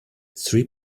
three